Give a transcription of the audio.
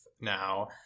now